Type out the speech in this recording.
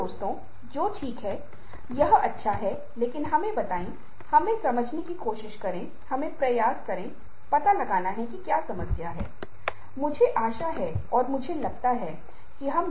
इसलिए वह पाता है कि यह केवल हमारा शरीर नहीं है बल्कि हमारे शरीर से जुड़ी विभिन्न चीजें जो हमें महसूस होती हैं कि हम काफी जुड़े हुए हैं और हम उनका उपयोग करना शुरू कर देते हैं